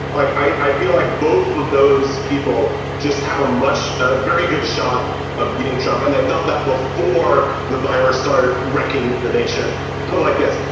like i feel like both of those people just had a mush, a very good shot of beating trump. and they thought that before the virus started wrecking the nation like this.